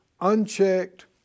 unchecked